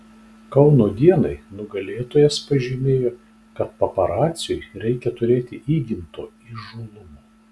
kauno dienai nugalėtojas pažymėjo kad paparaciui reikia turėti įgimto įžūlumo